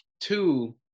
two